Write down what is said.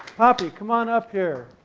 poppy come on up here.